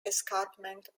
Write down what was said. escarpment